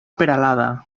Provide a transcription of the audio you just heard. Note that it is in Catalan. peralada